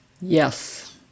Yes